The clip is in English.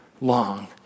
long